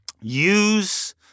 Use